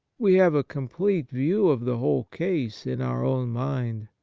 we have a complete view of the whole case in our own mind.